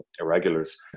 irregulars